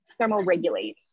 thermoregulate